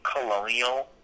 colonial